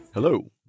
Hello